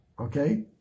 Okay